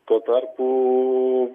tuo tarpu